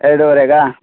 ಎರಡುವರೆಗಾ